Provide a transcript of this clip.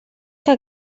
que